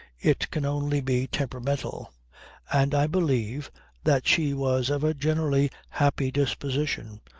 it can only be temperamental and i believe that she was of a generally happy disposition,